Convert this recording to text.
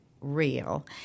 real